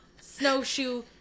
snowshoe